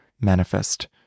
manifest